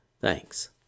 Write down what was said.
Thanks